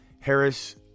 Harris